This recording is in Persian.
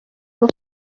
گفت